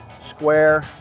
square